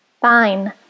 Fine